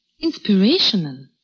Inspirational